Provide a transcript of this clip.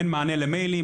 אין מענה למיילים,